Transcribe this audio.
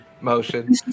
motion